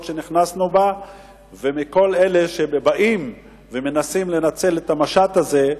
שנכנסנו אליה ומכל אלה שבאים ומנסים לנצל את המשט הזה,